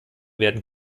werden